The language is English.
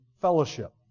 fellowship